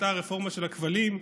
הרפורמה של הכבלים,